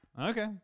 Okay